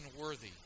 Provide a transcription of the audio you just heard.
worthy